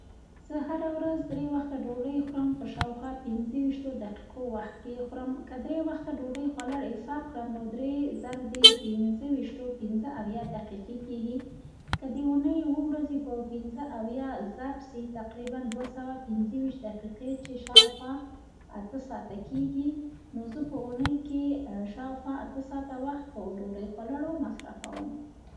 زه هر ورځ درې وخته ډوډۍ خورم په شاوخوا پنځه ویشتو دقیقو وخت کې یې خورم، که درې وخته ډودۍ خوړل حساب کړم، نو درې ضرب د پنځه ویشتو، پنځه اویا دقیقې کېږي. که د اوونۍ اووه ورځې په پنځه اویا ضرب سي، تقریباً دوسوه پنځه ویشت دقیقې، چي شاوخوا اته ساعته کېږي. نو زه په اوونۍ کې شاخوا اته ساعت وخت په ډوډۍ خوړلو مصرفوم.